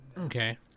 okay